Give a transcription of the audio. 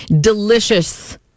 delicious